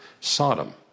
Sodom